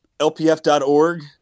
Lpf.org